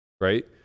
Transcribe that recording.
Right